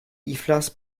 iflas